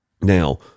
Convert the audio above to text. now